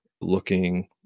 looking